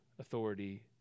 authority